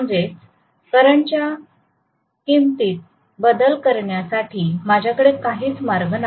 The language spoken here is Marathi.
म्हणजेच करंटच्या किंमतीत बदल करण्यासाठी माझ्याकडे काहीच मार्ग नाही